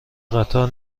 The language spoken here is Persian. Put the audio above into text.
قطار